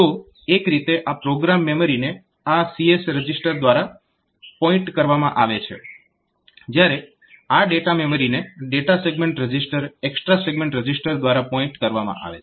તો એક રીતે આ પ્રોગ્રામ મેમરીને આ CS રજીસ્ટર દ્વારા પોઇન્ટ કરવામાં આવે છે જ્યારે આ ડેટા મેમરીને data segment register extra segment register દ્વારા પોઈન્ટ કરવામાં આવે છે